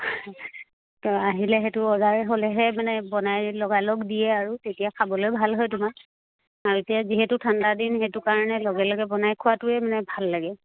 আহিলে সেইটো অৰ্ডাৰ হ'লেহে মানে বনাই লগালগ দিয়ে আৰু তেতিয়া খাবলৈ ভাল হয় তোমাৰ আৰু এতিয়া যিহেতু ঠাণ্ডা দিন সেইটো কাৰণে লগে লগে বনাই খোৱাটোৱে মানে ভাল লাগে